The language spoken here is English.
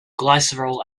glycerol